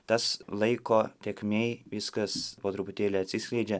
tas laiko tėkmėj viskas po truputėlį atsiskleidžia